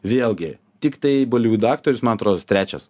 vėlgi tiktai bolivudo aktorius man atrodos trečias